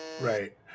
Right